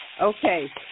Okay